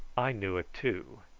i knew it too,